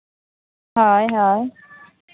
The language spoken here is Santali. ᱦᱳᱭ ᱦᱳᱭ